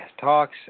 talks